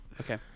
Okay